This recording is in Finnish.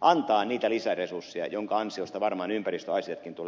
antavat niitä lisäresursseja joiden ansiosta varmaan ympäristöasiatkin tulee hoidettua